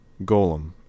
Golem